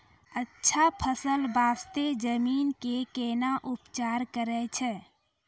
अच्छा फसल बास्ते जमीन कऽ कै ना उपचार करैय छै